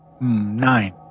Nine